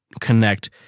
connect